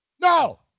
No